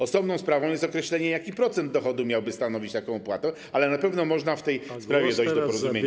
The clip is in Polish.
Osobną sprawą jest określenie, jaki procent dochodu miałby stanowić taką opłatę, ale na pewno można w tej sprawie dojść do porozumienia.